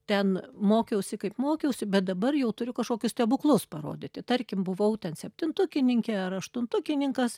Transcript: ten mokiausi kaip mokiausi bet dabar jau turiu kažkokius stebuklus parodyti tarkim buvau ten septintukininkė ar aštuntukininkas